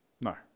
No